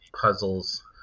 puzzles